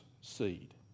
seed